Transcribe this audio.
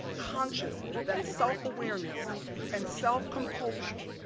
conscious that self awareness and self composure,